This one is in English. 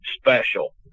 special